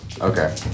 okay